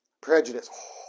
Prejudice